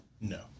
No